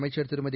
அமைச்சர்திருமதி